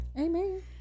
Amen